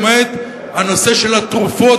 למעט הנושא של התרופות,